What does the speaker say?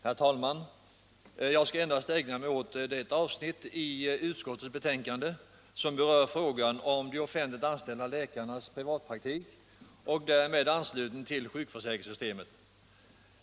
Herr talman! Jag skall endast ägna mig åt det avsnitt i utskottets betänkande som berör frågan om de offentliganställda läkarnas privatpraktik och därmed anslutning till sjukförsäkringssystemet.